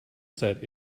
set